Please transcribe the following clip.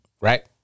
right